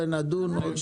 אדוני,